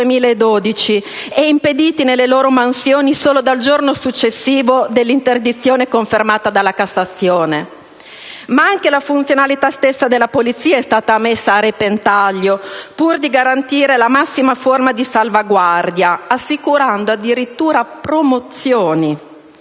2012 e impediti nelle loro mansioni solo dal giorno successivo dell'interdizione confermata dalla Cassazione, ma anche la stessa funzionalità della polizia è stata messa a repentaglio, pur di garantire la massima forma di salvaguardia, assicurando addirittura promozioni